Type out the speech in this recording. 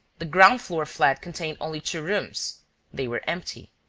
the ground floor flat contained only two rooms they were empty.